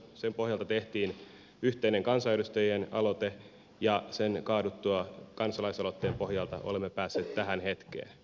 sen pohjalta tehtiin yhteinen kansanedustajien aloite ja sen kaaduttua kansalaisaloitteen pohjalta olemme päässeet tähän hetkeen